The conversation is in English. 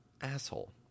asshole